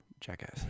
Jackass